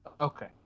Okay